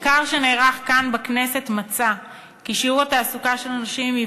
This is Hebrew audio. מחקר שנערך כאן בכנסת מצא כי שיעור התעסוקה של אנשים עם